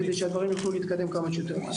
כדי שהדברים יוכלו להתקדם כמה שיותר מהר.